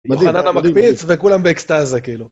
מדהים, מדהים. אוחנה גם מקפיץ וכולם באקסטאזה כאילו.